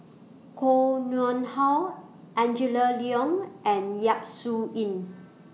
Koh Nguang How Angela Liong and Yap Su Yin